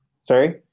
Sorry